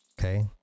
okay